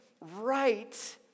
right